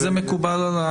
זה מקובל.